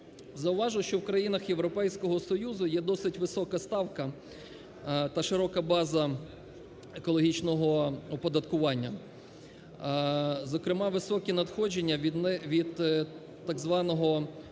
Зауважу, що в країнах Європейського Союзу є досить висока ставка та широка база екологічного оподаткування, зокрема, високі надходження від так званого паличного